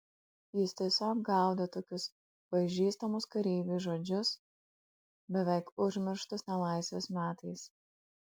jis tiesiog gaudė tokius pažįstamus kareiviui žodžius beveik užmirštus nelaisvės metais